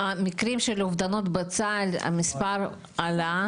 המקרים של אובדנות בצה"ל, המספר עלה.